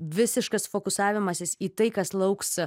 visiškas fokusavimasis į tai kas lauks